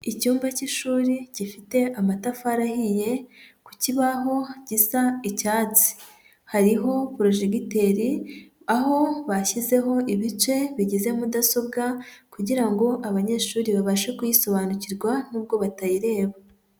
Icyumba cy'ishuri gifite amatafari ahiye ku kibaho gisa icyatsi, hariho porojegiteri aho bashyizeho ibice bigize mudasobwa kugira ngo abanyeshuri babashe kuyisobanukirwa n'ubwo batayireba.